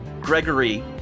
Gregory